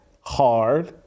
hard